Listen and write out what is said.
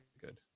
good